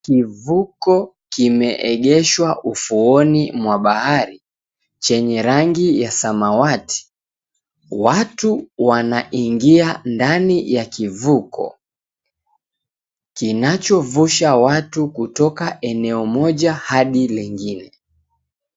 Kivuko kimeegeshwa ufuoni mwa bahari, chenye rangi ya samawati, watu wanaingia ndani ya kivuko kinachovusha watu kutoka eneo moja hadi lingine.